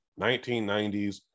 1990s